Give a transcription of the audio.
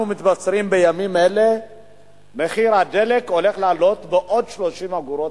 אנחנו מתבשרים בימים אלה שמחיר הדלק הולך לעלות בעוד 30 אגורות,